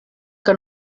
que